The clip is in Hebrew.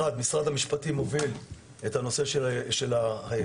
אחת, משרד המשפטים מוביל את הנושא של החוק.